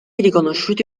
riconosciuti